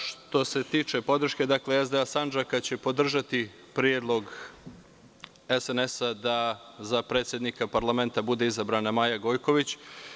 Što se tiče podrške SDA Sandžaka će podržati predlog SNS-a da za predsednika parlamenta bude izabrana Maja Gojković.